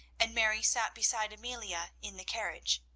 and mary sat beside amelia in the carriage,